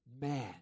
man